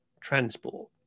transport